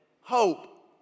hope